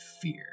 fear